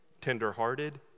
tender-hearted